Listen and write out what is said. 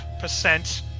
Percent